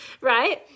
right